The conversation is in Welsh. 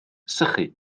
sychu